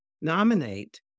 nominate